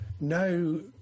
no